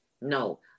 No